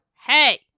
Hey